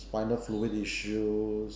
spinal fluid issues